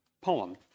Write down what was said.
poem